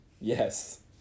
Yes